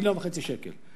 מיליון וחצי שקל,